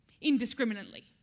indiscriminately